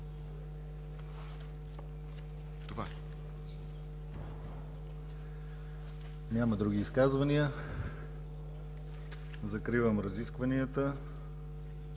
ГЛАВЧЕВ: Няма други изказвания. Закривам разискванията.